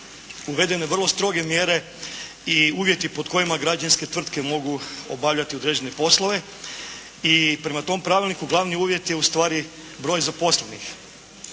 uvedene vrlo stroge mjere i uvjeti pod kojima građevinske tvrtke mogu obavljati određene poslove. I prema tom pravilniku glavni uvjet je ustvari broj zaposlenih,